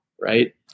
Right